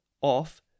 off